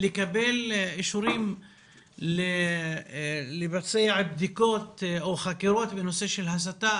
והקושי לקבל אישורים לבצע בדיקות או חקירות בנושא של הסתה.